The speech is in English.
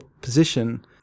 position